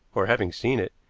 or, having seen it,